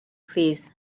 plîs